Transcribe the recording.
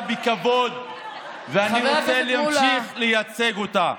בכבוד ואני רוצה להמשיך לייצג אותה.